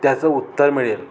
त्याचं उत्तर मिळेल